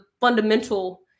fundamental